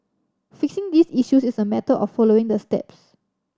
fixing these issues is a matter of following the steps